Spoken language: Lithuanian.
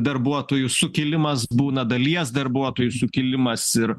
darbuotojų sukilimas būna dalies darbuotojų sukilimas ir